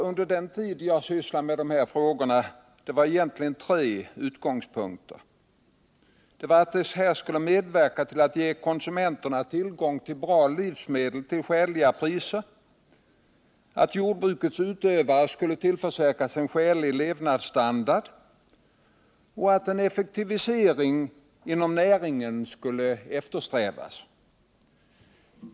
Under den tid då jag sysslade med de här frågorna var utgångspunkterna tre: systemet skulle medverka till att ge konsumenterna tillgång till bra livsmedel till skäliga priser, jordbrukets utövare skulle tillförsäkras en skälig levnadsstandard och en effektivisering inom näringen skulle eftersträvas.